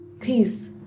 peace